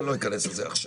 אבל אני לא אכנס לזה עכשיו.